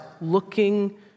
looking